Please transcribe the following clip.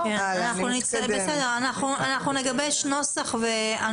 אנחנו נגבש נוסח.